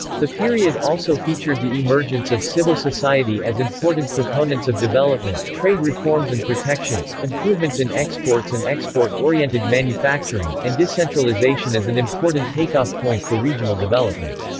the period also featured the emergence of civil society as important proponents of development, trade reforms and protections, improvements in exports and export-oriented manufacturing, and decentralization as an important take-off point for regional development.